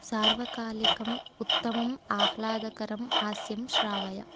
सार्वकालिकम् उत्तमम् आह्लादकरं हास्यं श्रावय